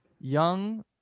Young